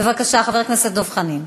בבקשה, חבר הכנסת דב חנין.